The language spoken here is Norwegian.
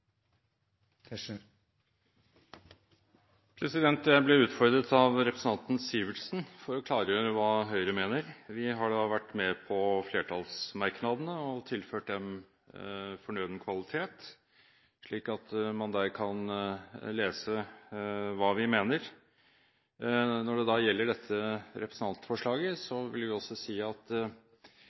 debatten. Jeg ble utfordret av representanten Sivertsen til å klargjøre hva Høyre mener. Vi har vært med på flertallsmerknadene og tilført dem fornøden kvalitet, slik at man der kan lese hva vi mener. Når det gjelder dette representantforslaget, vil jeg si at